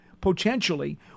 potentially